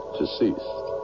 deceased